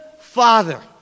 father